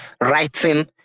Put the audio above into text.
writing